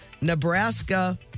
Nebraska